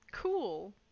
Cool